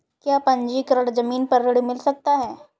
क्या पंजीकरण ज़मीन पर ऋण मिल सकता है?